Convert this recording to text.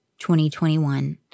2021